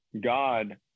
God